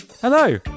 hello